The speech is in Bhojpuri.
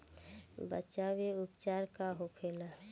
बचाव व उपचार का होखेला?